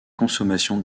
consommation